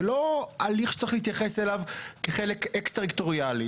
זה לא הליך שצריך להתייחס אליו כחלק אקסטריטוריאלי,